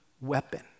weapon